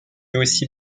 aussi